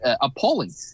appalling